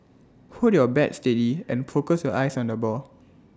hold your bat steady and focus your eyes on the ball